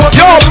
yo